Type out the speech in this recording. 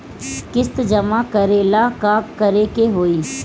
किस्त जमा करे ला का करे के होई?